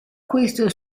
questo